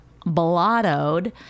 blottoed